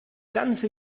ganze